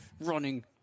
Running